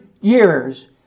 years